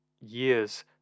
years